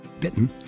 bitten